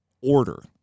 order